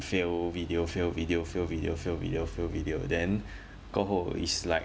fail video fail video fail video fail video fail video then 过后 it's like